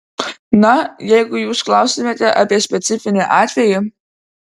na jeigu jūs klaustumėte apie specifinį atvejį